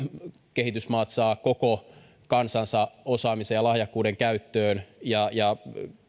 kehitysmaat saavat koko kansansa osaamisen ja lahjakkuuden käyttöön ja ja